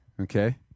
Okay